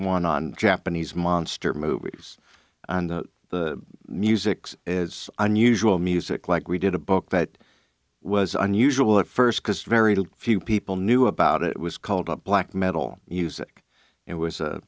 one on japanese monster movies and music is unusual music like we did a book that was unusual at first because very few people knew about it was called up black metal music it was a